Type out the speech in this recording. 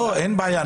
אנחנו